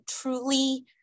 truly